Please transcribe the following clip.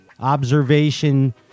observation